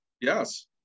Yes